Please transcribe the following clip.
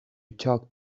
talk